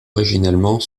originellement